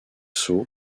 saut